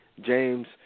James